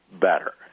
better